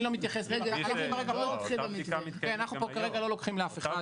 אני לא מתייחס --- אנחנו פה כרגע לא לוקחים לאף אחד.